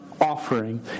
offering